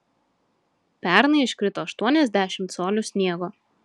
pernai iškrito aštuoniasdešimt colių sniego